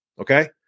Okay